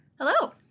Hello